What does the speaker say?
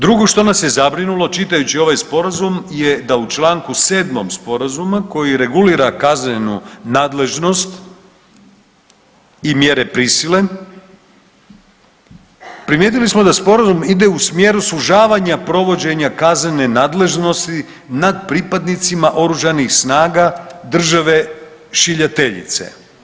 Drugo što nas je zabrinulo čitajući ovaj Sporazum je da u čl. 7 Sporazuma koji regulira kaznenu nadležnost i mjere prisile, primijetili smo da Sporazum ide u smjeru sužavanja provođenja kaznene nadležnosti nad pripadnicima OS-a države šiljateljice.